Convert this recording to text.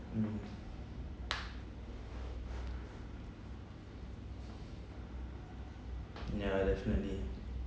mm yeah definitely